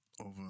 over